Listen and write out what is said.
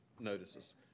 notices